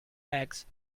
eggs